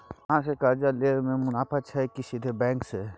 अहाँ से कर्जा लय में मुनाफा छै की सीधे बैंक से?